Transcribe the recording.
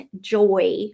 joy